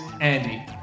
Andy